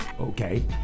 okay